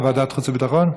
ועדת חוץ וביטחון?